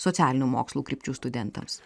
socialinių mokslų krypčių studentams